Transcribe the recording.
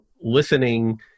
listening